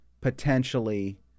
potentially